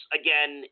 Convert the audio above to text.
again